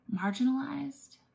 marginalized